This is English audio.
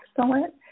excellent